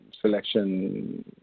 selection